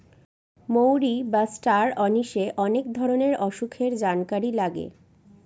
মৌরি বা ষ্টার অনিশে অনেক ধরনের অসুখের জানকারি লাগে